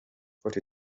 cote